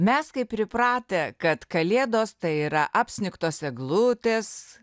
mes kai pripratę kad kalėdos tai yra apsnigtos eglutės